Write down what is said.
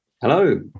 Hello